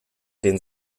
den